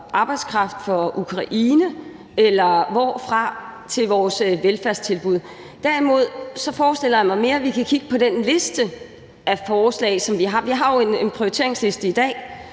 arbejdskraft fra Ukraine til vores velfærdstilbud – eller hvorfra? Derimod forestiller jeg mig mere, at vi kan kigge på den liste af forslag, som vi har. Vi har jo en prioriteringsliste i dag,